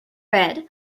red